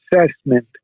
assessment